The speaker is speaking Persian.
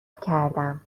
کردم